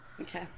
Okay